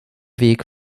weg